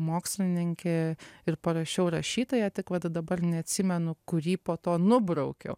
mokslininkė ir parašiau rašytoja tik vat dabar neatsimenu kurį po to nubraukiau